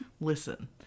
Listen